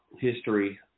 history